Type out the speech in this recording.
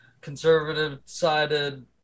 conservative-sided